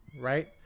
right